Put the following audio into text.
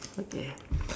okay